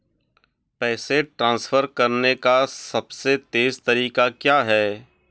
पैसे ट्रांसफर करने का सबसे तेज़ तरीका क्या है?